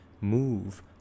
move